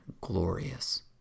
glorious